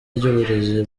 ry’uburezi